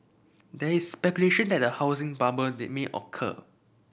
there is speculation that a housing bubble they may occur